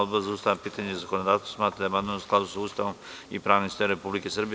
Odbor za ustavna pitanja i zakonodavstvo smatra da je amandman u skladu sa Ustavom i pravnim sistemom Republike Srbije.